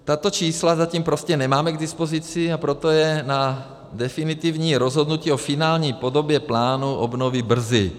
Tato čísla zatím prostě nemáme k dispozici, a proto je na definitivní rozhodnutí o finální podobě plánu obnovy brzy.